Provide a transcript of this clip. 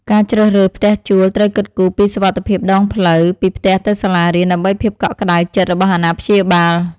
ការជ្រើសរើសផ្ទះជួលត្រូវគិតគូរពីសុវត្ថិភាពដងផ្លូវពីផ្ទះទៅសាលារៀនដើម្បីភាពកក់ក្តៅចិត្តរបស់អាណាព្យាបាល។